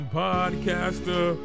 podcaster